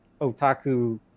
otaku